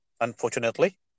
unfortunately